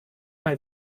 mal